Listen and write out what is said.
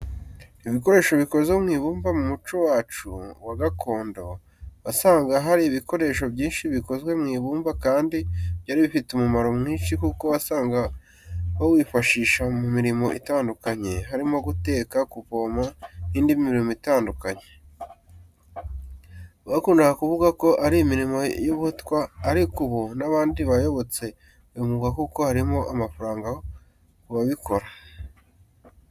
Ibikoresho bikoze mu ibumba mu muco wacu wa gakondo, wasangaga hari ibikoresho byinshi bikoze mu ibumba kandi byari bifite umumaro mwinshi kuko wasanga bawifashisha mu mirimo itandukanye, harimo guteka, kuvoma n'indi mirimo itandukanye. Bakundaga kuvuga ko ari imirimo y'abatwa ariko ubu n'abandi bayobotse uyu mwuga kuko harimo amafaranga ku babikora.